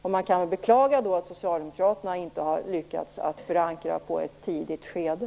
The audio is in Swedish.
Det är att beklaga att Socialdemokraterna inte har lyckats åstadkomma en förankring i ett tidigt skede.